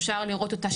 אפשר לראות אותה,